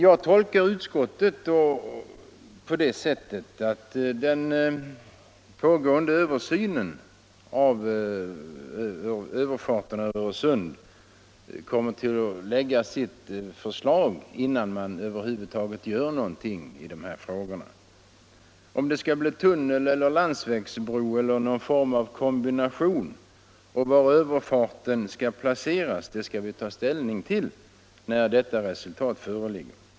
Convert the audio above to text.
Jag tolkar utskottet på det sättet att den pågående översynen av en överfart över Öresund skall resultera i ett förslag innan det över huvud taget görs någonting i frågan och att vi får ta ställning till om det skall bli en tunnel, en landsvägsbro eller någon form av kombination och var överfarten skall placeras när detta resultat föreligger.